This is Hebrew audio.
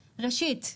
ראשית,